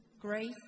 grace